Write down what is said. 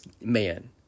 man